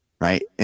Right